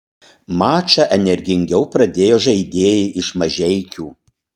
mačą energingiau pradėjo žaidėjai iš mažeikių